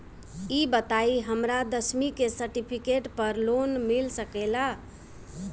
ई बताई हमरा दसवीं के सेर्टफिकेट पर लोन मिल सकेला?